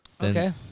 Okay